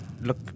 look